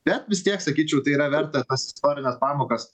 bet vis tiek sakyčiau tai yra verta tas istorines pamokas